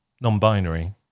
non-binary